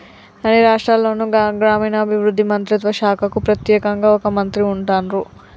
అన్ని రాష్ట్రాల్లోనూ గ్రామీణాభివృద్ధి మంత్రిత్వ శాఖకు ప్రెత్యేకంగా ఒక మంత్రి ఉంటాన్రు